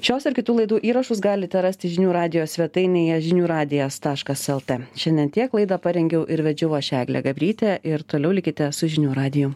šios ir kitų laidų įrašus galite rasti žinių radijo svetainėje žinių radijas taškas lt šiandien tiek laidą parengiau ir vedžiau aš eglė gabrytė ir toliau likite su žinių radiju